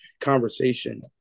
conversation